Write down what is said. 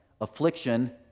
Affliction